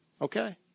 Okay